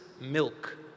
milk